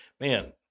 Man